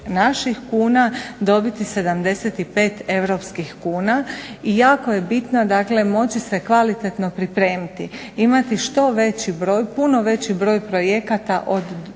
naših kuna dobiti 75 europskih kuna. I jako je bitno, dakle moći se kvalitetno pripremiti, imati što veći broj, puno veći broj projekata od